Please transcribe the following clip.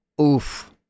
Oof